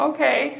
Okay